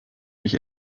mich